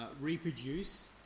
reproduce